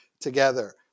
together